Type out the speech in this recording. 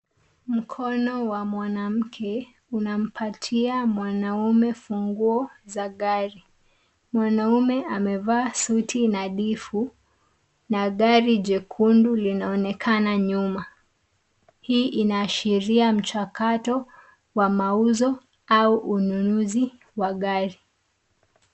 Mkono wa mwanamke unampatia mwanaume funguo za gari. Mwanaume amevaa suti nadhifu na gari jekundu linaonekana nyuma. Hii inaashiria mchakato wa mauzo au ununuzi wa gari.